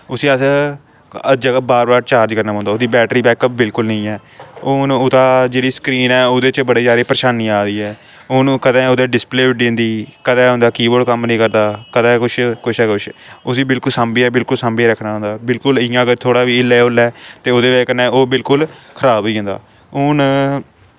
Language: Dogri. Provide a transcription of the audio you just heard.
उस्सी अस हर ज'गा बार बार चार्ज करना पौंदा ओह्दी बैटरी बैकअप बिलकुल निं ऐ हून ओह्दा जेह्ड़ी स्क्रीन ऐ ओह्दे च बड़ी जैदा परेशानी आवा दी ऐ हून ओह् कदें ओह्दी डिस्प्लेऽ उड्डी जंदी कदें ओह्दा कीबोर्ड कम्म निं करदा कदें कुछ कुछ दा कुछ उस्सी बिल्कुल सांभियै बिल्कुल सांभियै रक्खना होंदा बिल्कुल इ'यां गै थोह्ड़ा बी हिल्ले हुल्ले ते ओह्दी ब'जा कन्नै ओह् बिल्कुल खराब होई जंदा हून